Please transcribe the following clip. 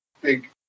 big